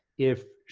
if,